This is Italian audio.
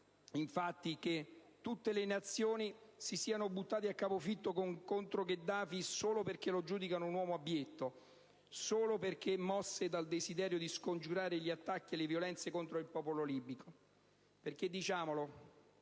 infatti che tutte le Nazioni si siano buttate a capofitto contro Gheddafi solo perché lo giudicano un uomo abbietto, solo perché mosse dal desiderio di scongiurare gli attacchi e le violenze contro il popolo libico. Diciamolo,